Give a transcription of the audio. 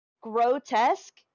grotesque